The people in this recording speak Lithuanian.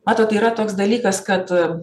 matot yra toks dalykas kad